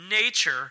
nature